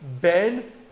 Ben